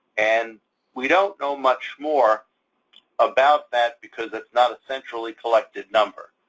and we don't know much more about that because it's not a centrally collected number.